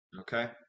Okay